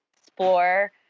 explore